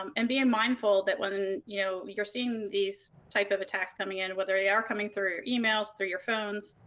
um and being mindful that when you know you're seeing these type of attacks coming in, whether they are coming through emails. through your phones.